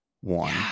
One